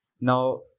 now